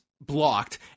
blocked